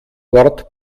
dort